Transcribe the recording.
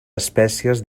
espècies